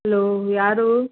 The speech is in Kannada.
ಹಲೋ ಯಾರು